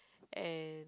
and